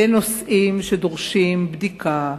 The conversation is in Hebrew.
לנושאים שדורשים בדיקה,